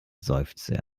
seufzte